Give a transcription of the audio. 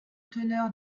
teneur